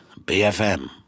BFM